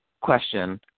question